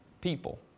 people